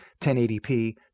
1080p